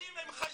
סליחה,